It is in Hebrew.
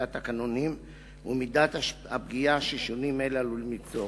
התקנונים ומידת הפגיעה ששינויים אלה עלולים ליצור.